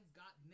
got